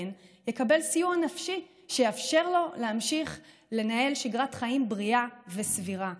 יקבל סיוע נפשי שיאפשר לו להמשיך לנהל שגרת חיים בריאה וסבירה?